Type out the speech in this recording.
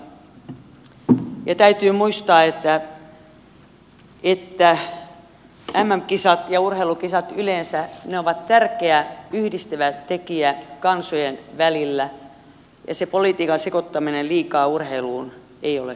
täytyy muistaa että mm kisat ja urheilukisat yleensä ovat tärkeä yhdistävä tekijä kansojen välillä ja se politiikan sekoittaminen liikaa urheiluun ei ole hyväksi